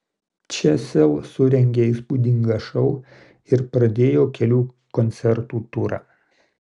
čia sel surengė įspūdingą šou ir pradėjo kelių koncertų turą